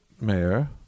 mayor